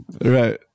Right